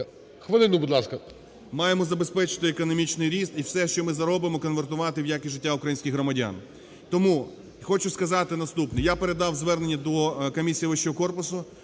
Хвилину, будь ласка. ГРОЙСМАН В.Б. Маємо забезпечити економічний ріст, і все, що ми заробимо, конвертувати в якість життя українських громадян. Тому хочу сказати наступне. Я передав звернення до Комісії вищого корпусу,